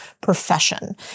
profession